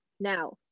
Now